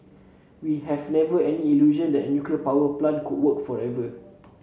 we have never any illusion that the nuclear power plant could work forever